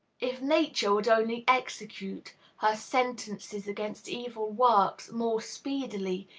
if nature would only execute her sentences against evil works more speedily,